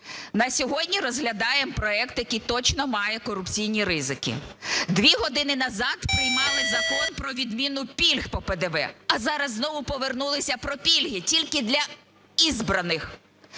На сьогодні розглядаємо проект, який точно має корупційні ризики. 2 години назад приймали закон про відміну пільг по ПДВ. А зараз знову повернулися про пільги, тільки для избраних.